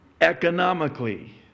economically